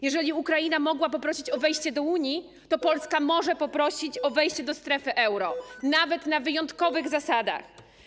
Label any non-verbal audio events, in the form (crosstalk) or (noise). Jeżeli Ukraina mogła poprosić o wejście do Unii, (noise) to Polska może poprosić o wejście do strefy euro, nawet na wyjątkowych zasadach.